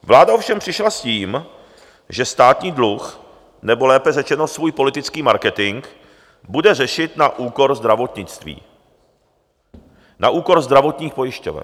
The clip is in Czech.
Vláda ovšem přišla s tím, že státní dluh, nebo lépe řečeno svůj politický marketing, bude řešit na úkor zdravotnictví, na úkor zdravotních pojišťoven.